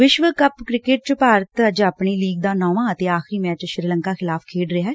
ਵਿਸ਼ਵ cup cricket ਚ ਭਾਰਤ ਅੱਜ ਆਪਣੀ ਲੀਗ ਦਾ ਨੌਵਾ ਅਤੇ ਆਖਰੀ ਮੈਚ ਸ੍ਰੀ ਲੰਕਾ ਖਿਲਾਫ਼ ਖੇਡ ਰਿਹੈ